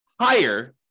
higher